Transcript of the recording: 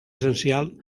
essencial